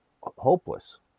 hopeless